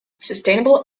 sustainable